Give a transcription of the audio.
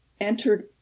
entered